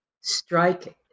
strike